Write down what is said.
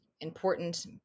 important